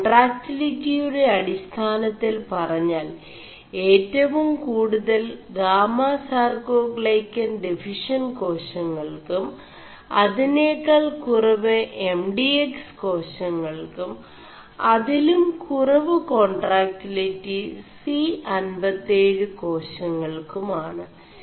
േകാൺ4ടാക്ിലിിയുെട അടിാനøിൽ പറാൽ ഏവും കൂടുതൽ ഗാമസാർേ ാൈø ൻ െഡഫിഷç ് േകാശÆൾ ും അതിേന ാൾ കുറവ് എം ഡി എക്സ് േകാശÆൾ ും അതിലും കുറവ് േകാൺ4ടാക്ിലിി C57 േകാശÆൾ ും ആണ്